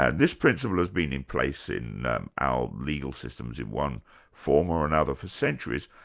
and this principle has been in place in our legal systems in one form or another for centuries,